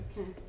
okay